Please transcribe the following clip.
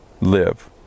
live